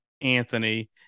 anthony